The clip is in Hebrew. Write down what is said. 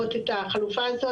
את החלופה הזאת.